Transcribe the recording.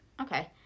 Okay